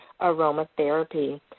aromatherapy